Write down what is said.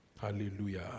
Hallelujah